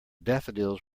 daffodils